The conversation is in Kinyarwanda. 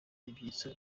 ibyitso